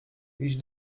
iść